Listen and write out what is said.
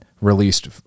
released